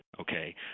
okay